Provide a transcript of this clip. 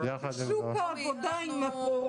כל הקשישים היום יכולים להשתלב בשוק העבודה עם הקורונה?